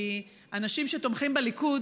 כי אנשים שתומכים בליכוד